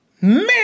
man